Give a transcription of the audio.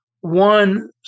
one